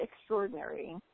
extraordinary